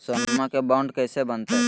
सोनमा के बॉन्ड कैसे बनते?